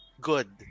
good